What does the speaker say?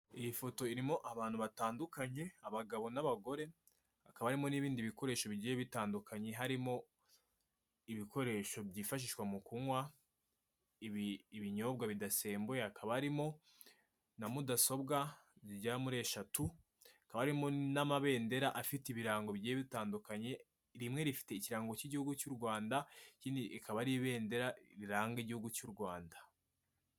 iyi foto irimo abantu batandukanye, abagabo n'abagore, hakaba harimo n'ibindi bikoresho bigiye bitandukanye, harimo ibikoresho byifashishwa mu kunywa ibinyobwa bidasembuye, hakaba harimo na mudasobwa zigera muri eshatu, hakaba harimo n'amabendera afite ibirango bigiye bitandukanye, rimwe rifite ikirango cy'igihugu cy'u Rwanda, irindi rikaba ari ibendera riranga igihugu cy'u Rwanda.